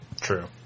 True